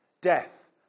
Death